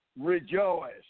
rejoice